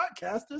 podcasters